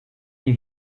you